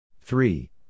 three